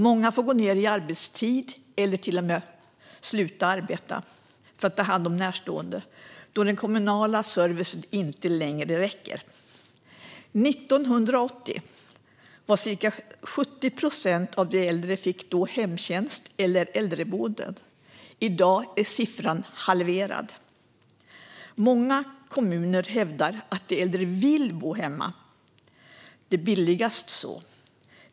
Många får gå ned i arbetstid eller till och med sluta arbeta för att ta hand om närstående då den kommunala servicen inte längre räcker. År 1980 fick ca 70 procent av de äldre hemtjänst eller äldreboende. I dag är siffran halverad. Många kommuner hävdar att de äldre vill bo hemma. Det är billigast så.